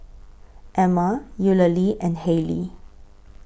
Ama Eulalie and Hailee